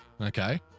okay